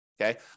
okay